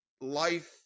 life